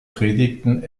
predigten